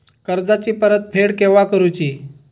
कर्जाची परत फेड केव्हा करुची?